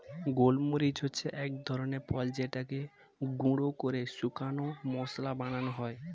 গোলমরিচ হচ্ছে এক ধরনের ফল যেটাকে গুঁড়ো করে শুকনো মসলা বানানো হয়